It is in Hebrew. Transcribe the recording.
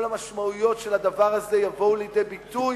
כל המשמעויות של הדבר הזה יבואו לידי ביטוי